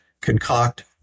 concoct